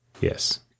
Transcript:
Yes